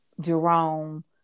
Jerome